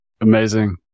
Amazing